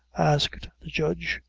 asked the judge.